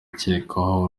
ukekwaho